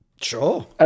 Sure